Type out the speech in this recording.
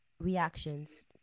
reactions